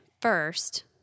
First